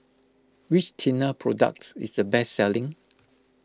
which Tena product is the best selling